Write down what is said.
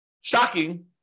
shocking